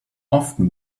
often